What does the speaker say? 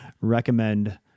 recommend